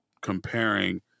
comparing